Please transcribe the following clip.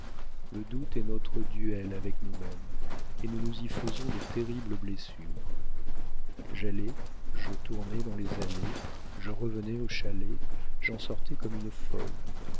le doute est notre duel avec nous-mêmes et nous nous y faisons de terribles blessures j'allais je tournais dans les allées je revenais au chalet j'en sortais comme une folle